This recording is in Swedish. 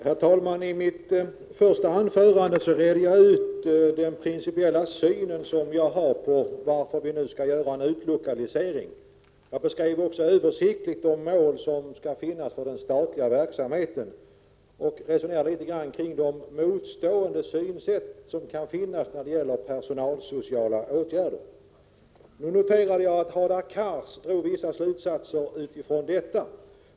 Herr talman! I mitt första anförande redogjorde jag för min principiella syn på skälen till att vi nu bör göra en utlokalisering. Jag beskrev också översiktligt de mål som skall finnas för den statliga verksamheten och resonerade litet kring de motstående synsätt som kan finnas när det gäller personalsociala åtgärder. Jag noterade att Hadar Cars drog vissa slutsatser utifrån detta.